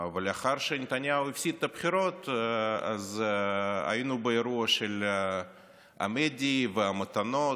ולאחר שנתניהו הפסיד בבחירות היינו באירוע של עמדי והמתנות,